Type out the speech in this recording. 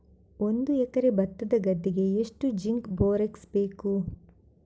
ಒಂದು ಎಕರೆ ಭತ್ತದ ಗದ್ದೆಗೆ ಎಷ್ಟು ಜಿಂಕ್ ಬೋರೆಕ್ಸ್ ಬೇಕು?